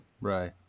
Right